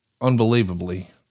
unbelievably